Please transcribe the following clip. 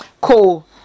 cool